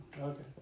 Okay